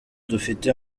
dufite